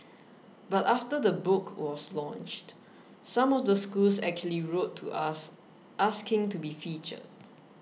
but after the book was launched some of the schools actually wrote to us asking to be featured